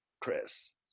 Chris